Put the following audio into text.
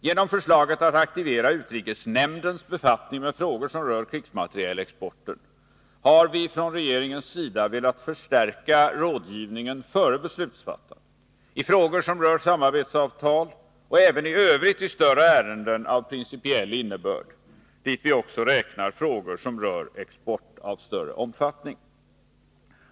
Genom förslaget att aktivera utrikesnämndens befattning med frågor som rör krigsmaterielexporten vill regeringen förstärka rådgivningen före beslutsfattandet i frågor som rör samarbetsavtal och även i övrigt i större ärenden av principiell innebörd, dit vi också räknar frågor som rör export av större omfattning.